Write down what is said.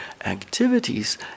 activities